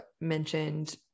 mentioned